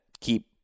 keep